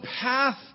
path